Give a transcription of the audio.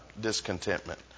discontentment